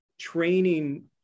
training